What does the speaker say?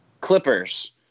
Clippers